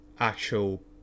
actual